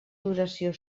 duració